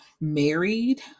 married